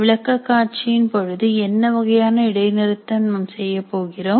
விளக்கக் ஆட்சியின் பொழுது என்ன வகையான இடைநிறுத்த நாம் செய்கிறோம்